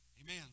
Amen